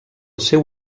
seu